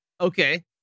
okay